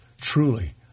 truly